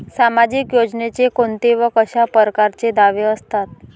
सामाजिक योजनेचे कोंते व कशा परकारचे दावे असतात?